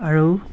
আৰু